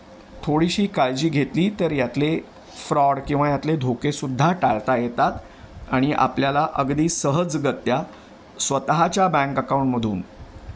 थोडीशी काळजी घेतली तर यातले फ्रॉड किंवा यातले धोकेसुद्धा टाळता येतात आणि आपल्याला अगदी सहजगत्या स्वतःच्या बँक अकाऊंटमधून